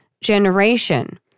generation